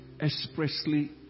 expressly